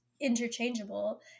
interchangeable